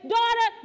Daughter